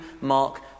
Mark